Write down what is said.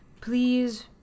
please